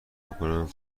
بکنم